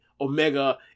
Omega